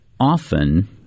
often